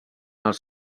els